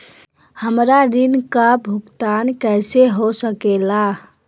हमरा ऋण का भुगतान कैसे हो सके ला?